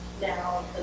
now